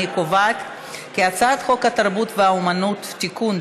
אני קובעת כי הצעת חוק התרבות והאמנות (תיקון,